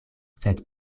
sed